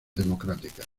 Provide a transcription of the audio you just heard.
democráticas